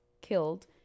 killed